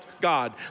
God